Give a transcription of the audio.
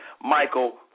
Michael